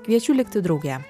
kviečiu likti drauge